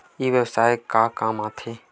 ई व्यवसाय का काम आथे?